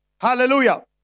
Hallelujah